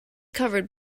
covered